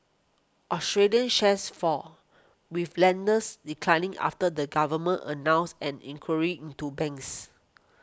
Australian shares fall with lenders declining after the government announced an inquiry into banks